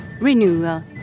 renewal